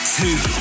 two